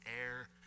air